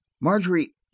Marjorie